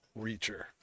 Reacher